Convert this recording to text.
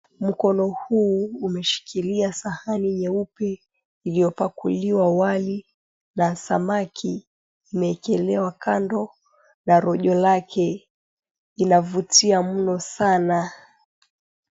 Mkono huu umeshikilia sahani nyeupe iliyopakuliwa wali, na samaki imeekelewa kando na rojo lake. Inavutia mno sana.